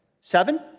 Seven